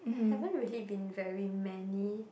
I haven't been very many